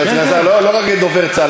לא להגיד דובר צה"ל,